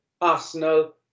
Arsenal